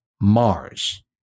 Mars